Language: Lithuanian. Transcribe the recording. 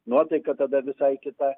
nuotaika tada visai kita